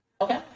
Okay